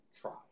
try